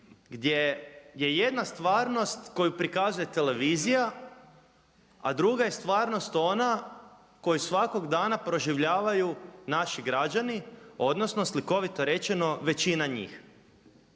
gdje je jedna stvarnost koju prikazuje televizija, a druga je stvarnost ona koju svakog dana proživljavaju naši građani, odnosno slikovito rečeno većina njih.